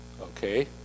okay